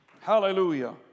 Hallelujah